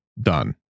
Done